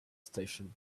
station